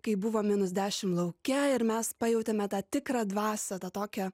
kai buvo minus dešim lauke ir mes pajautėme tą tikrą dvasią tą tokią